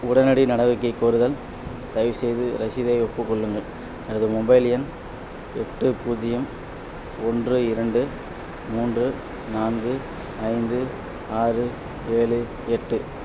உடனடி நடவடிக்கை கோருதல் தயவுசெய்து ரசீதை ஒப்புக் கொள்ளுங்கள் எனது மொபைல் எண் எட்டு பூஜ்ஜியம் ஒன்று இரண்டு மூன்று நான்கு ஐந்து ஆறு ஏழு எட்டு